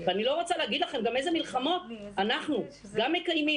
ואני לא רוצה להגיד לכם אילו מלחמות אנחנו גם מקיימים